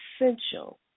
essential